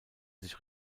sich